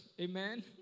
Amen